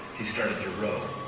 he started to row.